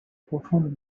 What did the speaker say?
profonde